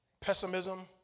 Pessimism